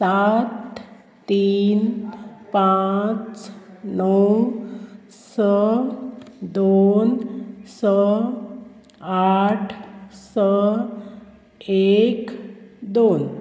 सात तीन पांच णव स दोन स आठ स एक दोन